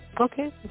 Okay